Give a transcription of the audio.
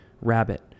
Rabbit